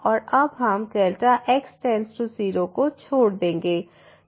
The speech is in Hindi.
और अब हम Δx→0 को छोड़ देंगे